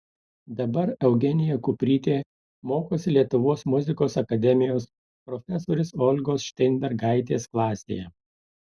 dabar eugenija kuprytė mokosi lietuvos muzikos akademijos profesorės olgos šteinbergaitės klasėje